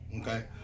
Okay